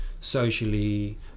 socially